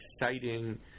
exciting